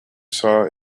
saw